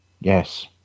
Yes